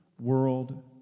world